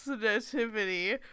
sensitivity